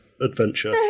Adventure